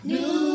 New